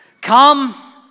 Come